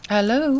Hello